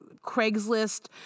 Craigslist